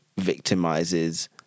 victimizes